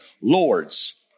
Lords